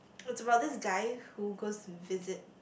it's about this guy who goes visit